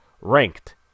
ranked